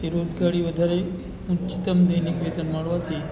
એ રોજગારી વધારી ઉચ્ચતમ દૈનિક વેતન મળવાથી